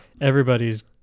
Everybody's